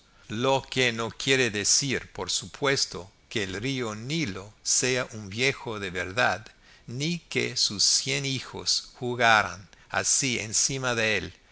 lo que no quiere decir por supuesto que el río nilo sea un viejo de verdad ni que sus cien hijos jugaran así encima de él